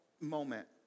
moment